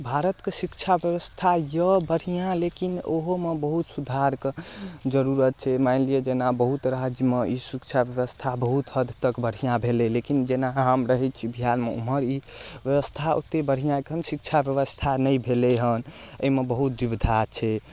भारतके शिक्षा व्यवस्था यऽ बढ़िआँ लेकिन ओहोमे बहुत सुधारके जरुरत छै मानिलिअ जेना बहुत राज्यमे ई शिक्षा व्यवस्था बहुत हद तक बढ़िआँ भेलै लेकिन जेना हम रहै छी बिहारमे उमहर ई व्यवस्था ओते बढ़िआँ एखन शिक्षा व्यवस्था नहि भेलै हन अइमे बहुत दुविधा छै